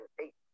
eight